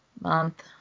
month